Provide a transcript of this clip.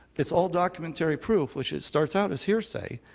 it's all documentary proof, which starts out as hearsay,